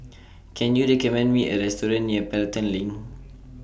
Can YOU recommend Me A Restaurant near Pelton LINK